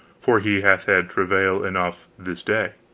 for he hath had travail enough this day,